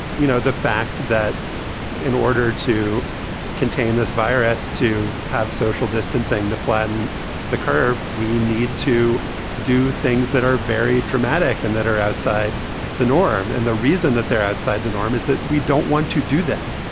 you know, the fact that in order to contain this virus, to have social distancing, to flatten the curve, we need to do things that are very dramatic and that are outside the norm. and the reason that they're outside the norm is that we don't want to do them.